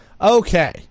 Okay